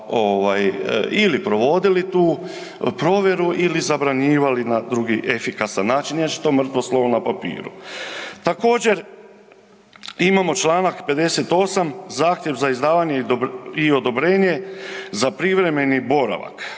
ili provodili tu provjeru ili zabranjivali na drugi efikasan način inače je to mrtvo slovo na papiru. Također, imamo Članak 58. zahtjev za izdavanje i odobrenje za privremeni boravak